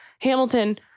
Hamilton